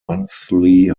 monthly